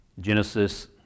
Genesis